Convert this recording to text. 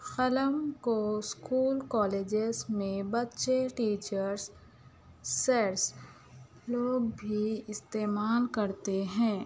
قلم کو school colleges میں بچے ٹیچرز سرز لوگ بھی استعمال کرتے ہیں